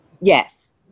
Yes